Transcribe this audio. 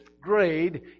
grade